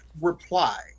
reply